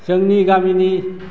जोंनि गामिनि